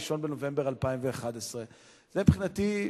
1 בנובמבר 2011. מבחינתי,